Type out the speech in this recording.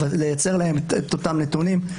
לייצר להם את אותם נתונים,